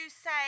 say